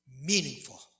meaningful